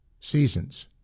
seasons